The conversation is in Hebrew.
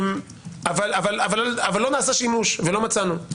אבל לא נעשה שימוש ולא מצאנו.